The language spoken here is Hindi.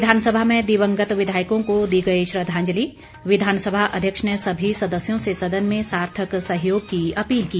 विधानसभा में दिवंगत विधायकों को दी गई श्रद्वांजलि विधानसभा अध्यक्ष ने सभी सदस्यों से सदन में सार्थक सहयोग की अपील की